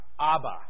Abba